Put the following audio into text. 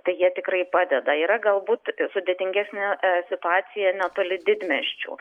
tai jie tikrai padeda yra galbūt sudėtingesnė situacija netoli didmiesčių